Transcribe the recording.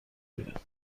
بیاد